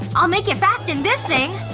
i'll make it fast in this thing!